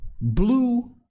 Blue